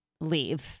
leave